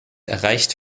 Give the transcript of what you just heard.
erreicht